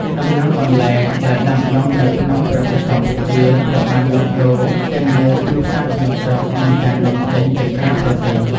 ដំណាំបន្លែ ដែលដាំដុះនៅក្នុងប្រទេសកម្ពុជាត្រូវបានលក់ដូរទាំងនៅទីផ្សារក្នុងស្រុក និងការនាំចេញទៅក្រៅប្រទេស។